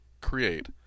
create